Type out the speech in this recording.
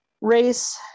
race